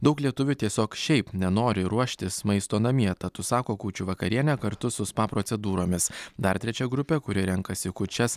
daug lietuvių tiesiog šiaip nenori ruoštis maisto namie tad užsako kūčių vakarienę kartu su spa procedūromis dar trečia grupė kuri renkasi kūčias